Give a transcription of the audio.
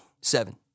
Seven